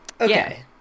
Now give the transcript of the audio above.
Okay